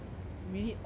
really a lot